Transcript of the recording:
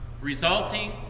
resulting